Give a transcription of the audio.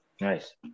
Nice